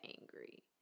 angry